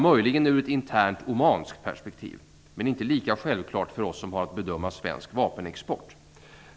Möjligen ur ett internt omanskt perspektiv, men inte lika självklart för oss som har att bedöma svensk vapenexport.